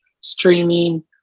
streaming